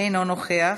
אינו נוכח,